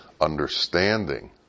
understanding